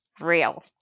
real